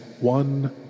one